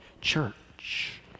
church